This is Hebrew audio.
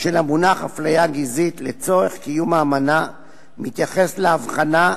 של המונח 'אפליה גזעית' לצורך קיום האמנה מתייחס להבחנה,